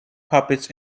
puppets